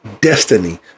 destiny